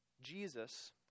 Jesus